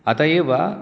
अत एव